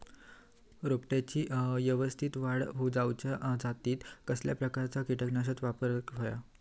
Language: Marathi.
रोपट्याची यवस्तित वाढ जाऊच्या खातीर कसल्या प्रकारचा किटकनाशक वापराक होया?